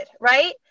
Right